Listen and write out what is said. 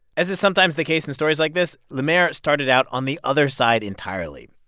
as is sometimes the case in stories like this, le maire started out on the other side entirely.